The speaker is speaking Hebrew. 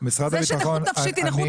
זה שנכות נפשית היא נכות,